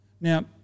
Now